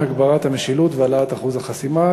הגברת המשילות והעלאת אחוז החסימה),